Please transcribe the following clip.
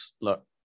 look